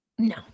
No